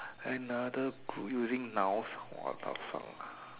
another clue using nouns what the fuck